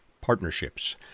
partnerships